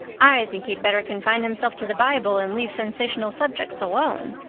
i think he'd better confine himself to the bible and leave sensational subjects alone.